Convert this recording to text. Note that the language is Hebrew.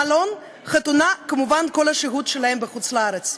מלון, חתונה וכמובן כל השהות שלהם בחוץ-לארץ.